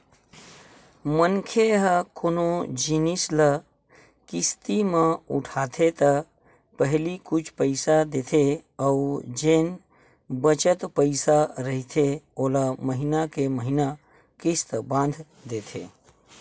मनखे ह कोनो जिनिस ल किस्ती म उठाथे त पहिली कुछ पइसा देथे अउ जेन बचत पइसा रहिथे ओला महिना के महिना किस्ती बांध देथे